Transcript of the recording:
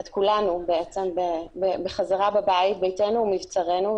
את כולנו בעצם בחזרה בבית ביתנו הוא מבצרנו,